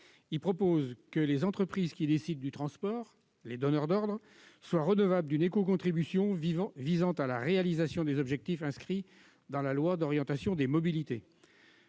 ce titre, les entreprises qui décident du transport, les donneurs d'ordre, doivent être redevables d'une éco-contribution visant la réalisation des objectifs inscrits dans la loi d'orientation des mobilités.